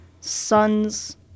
son's